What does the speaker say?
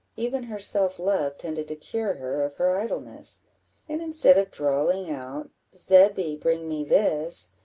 even her self-love tended to cure her of her idleness and instead of drawling out zebby, bring me this,